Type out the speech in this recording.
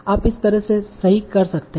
आप इस तरह से सही कर सकते हैं